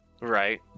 Right